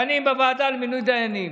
דנים בוועדה למינוי דיינים.